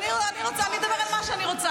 אני אדבר על מה שאני רוצה,